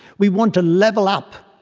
we want to level up,